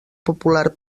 popular